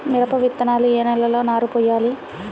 మిరప విత్తనాలు ఏ నెలలో నారు పోయాలి?